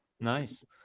Nice